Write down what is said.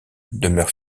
demeure